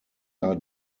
are